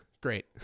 Great